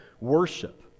worship